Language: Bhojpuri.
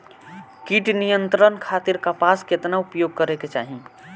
कीट नियंत्रण खातिर कपास केतना उपयोग करे के चाहीं?